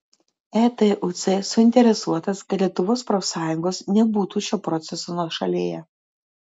etuc suinteresuotas kad lietuvos profsąjungos nebūtų šio proceso nuošalėje